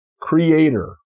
Creator